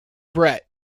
bret